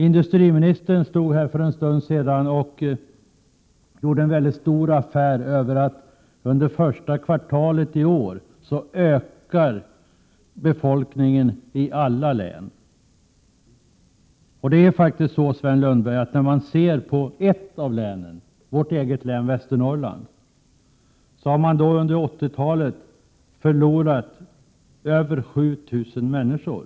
Industriministern gjorde för en stund sedan ett stort nummer av att befolkningen ökat i alla län under det första kvartalet i år. Men, Sven Lundberg, enbart i vårt län — alltså Västernorrlands län — har befolkningen under 1980-talet minskat med över 7 000 personer.